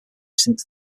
since